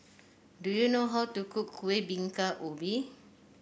do you know how to cook Kuih Bingka Ubi